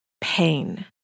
pain